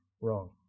wrong